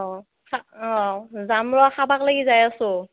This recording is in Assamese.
অ' অ' যাম ৰ খাবাক লেগি যাই আছোঁ